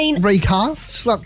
recast